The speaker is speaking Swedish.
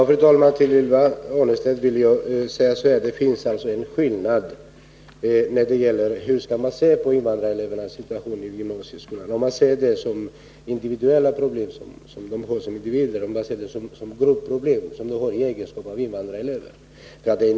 Fru talman! Till Ylva Annerstedt vill jag säga: Det finns en skillnad när det gäller hur man skall se på invandrarelevernas situation inom SIA-skolan. Skall man se på deras individuella problem eller skall man se det som grupproblem, som de har i egenskap av invandrarelever?